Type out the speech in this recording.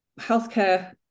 healthcare